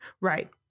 Right